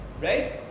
right